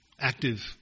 active